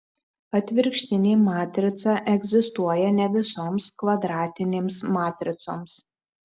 atvirkštinė matrica egzistuoja ne visoms kvadratinėms matricoms